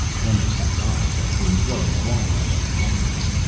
gusterson's eyes had been growing wider and wider.